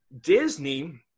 Disney